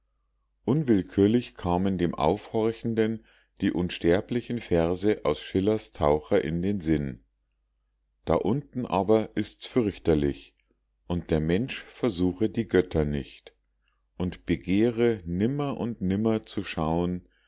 unwillkürlich kamen dem aufhorchenden die unsterblichen verse aus schillers taucher in den sinn da unten aber ist's fürchterlich und der mensch versuche die götter nicht und begehre nimmer und nimmer zu schauen